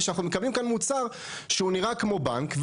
היא שאנחנו מקבלים כאן מוצר שהוא נראה כמו בנק,